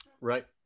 Right